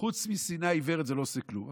חוץ משנאה עיוורת זה לא עושה כלום.